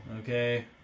Okay